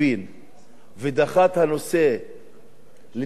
ודחה את הנושא לטיפול בנפרד,